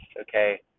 okay